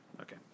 Okay